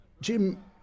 Jim